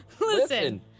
Listen